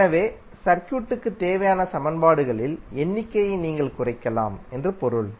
எனவே சர்க்யூட்க்குத் தேவையான சமன்பாடுகளின் எண்ணிக்கையை நீங்கள் குறைக்கலாம் என்று பொருள்